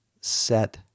set